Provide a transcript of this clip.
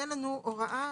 תהיה לנו הוראה,